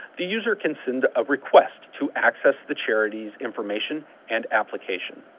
the user can send a request to access the charity's information and application.